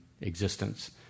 existence